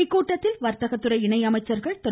இக்கூட்டத்தில் வாத்தகத்துறை இணை அமைச்சர்கள் திரு